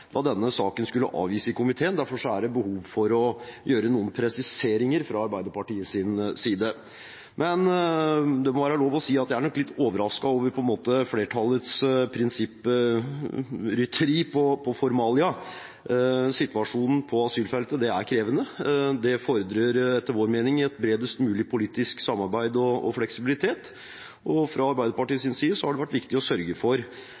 da denne saken skulle avgis i komiteen. Derfor er det behov for å gjøre noen presiseringer fra Arbeiderpartiets side. Men det må være lov å si at jeg nok er litt overrasket over flertallets prinsipprytteri på formalia. Situasjonen på asylfeltet er krevende. Det fordrer etter vår mening et bredest mulig politisk samarbeid og fleksibilitet. Fra Arbeiderpartiets side har det vært viktig å sørge for